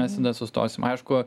mes tada sustosim aišku